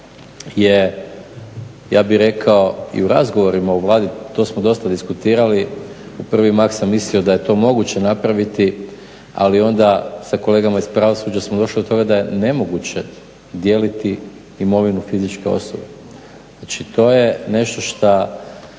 je ja bih rekao i u razgovorima u Vladi to smo dosta diskutirali u prvi mah sam mislio da je to moguće napraviti ali onda sa kolegama iz pravosuđa sam došao do toga da je nemoguće dijeliti imovinu fizičke osobe. Znači to je nešto šta